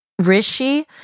Rishi